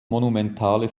monumentale